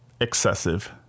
excessive